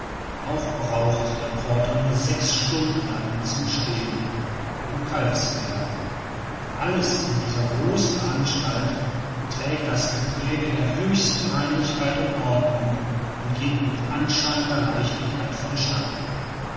auch braucht der porter nur sechs stunden darin zu stehen um kalt zu werden alles in dieser großen anstalt trägt das gepräge der höchsten reinlichkeit und ordnung und geht mit anscheinender leichtigkeit vonstatten